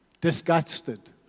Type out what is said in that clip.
disgusted